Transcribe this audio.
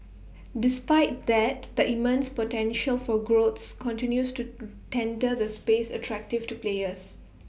despite that the immense potential for growth continues to render the space attractive to players